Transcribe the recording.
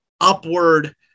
upward